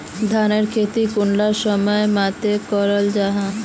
धानेर खेती कुंडा मौसम मोत करा जा?